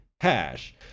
hash